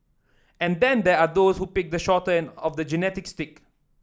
and then there are those who picked the shorter of the genetic stick